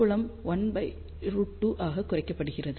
புலம் 1√2 ஆக குறைக்கப்படுகிறது